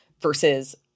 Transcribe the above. versus –